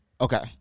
Okay